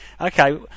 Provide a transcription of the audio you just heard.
Okay